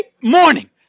morning